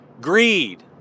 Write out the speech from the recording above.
greed